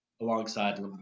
alongside